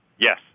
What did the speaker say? Yes